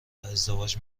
ازدواج